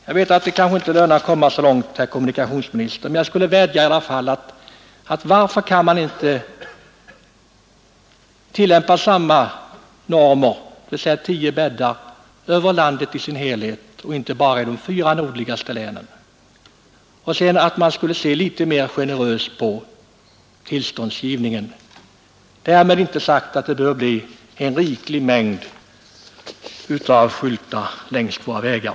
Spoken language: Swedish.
Jag vet att det måhända inte lönar sig särskilt mycket, herr statsråd, men jag vill ändå ställa frågan varför inte Kungl. Maj:t skulle kunna tillämpa samma norm, dvs. tio bäddar, över landet i dess helhet och inte bara i de fyra nordligaste länen och om inte Kungl. Maj:t skulle kunna se något mera generöst på tillståndsgivningen. Därmed inte sagt att skyltar i alltför riklig mängd bör finnas längs våra vägar.